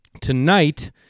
Tonight